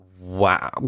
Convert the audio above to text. Wow